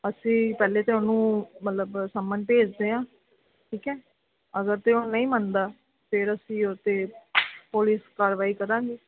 ਅਸੀਂ ਪਹਿਲੇ ਤਾਂ ਉਹਨੂੰ ਮਤਲਬ ਸੱਮਨ ਭੇਜਦੇ ਹਾਂ ਠੀਕ ਹੈ ਅਗਰ ਤਾਂ ਉਹ ਨਹੀਂ ਮੰਨਦਾ ਫੇਰ ਅਸੀਂ ਉਹ 'ਤੇ ਪੁਲਿਸ ਕਾਰਵਾਈ ਕਰਾਂਗੇ